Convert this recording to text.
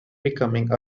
becoming